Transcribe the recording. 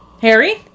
Harry